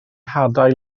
hadau